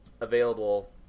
available